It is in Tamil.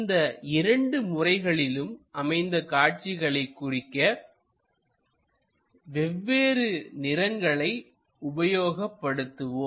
இந்த இரண்டு முறைகளிலும் அமைந்த காட்சிகளை குறிக்க வெவ்வேறு நிறங்களை உபயோக படுத்துவோம்